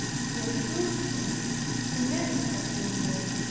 he assured him he never had been there.